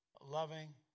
loving